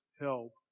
help